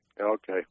Okay